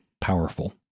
Powerful